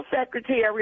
secretary